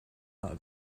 not